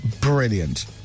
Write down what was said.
brilliant